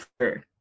sure